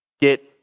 get